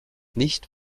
nicht